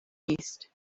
east